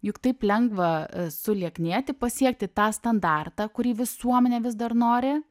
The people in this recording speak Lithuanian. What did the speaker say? juk taip lengva sulieknėti pasiekti tą standartą kurį visuomenė vis dar nori